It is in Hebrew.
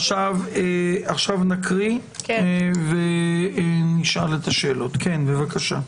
נקריא ונשאל את השאלות, בבקשה.